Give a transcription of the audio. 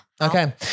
Okay